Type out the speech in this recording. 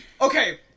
okay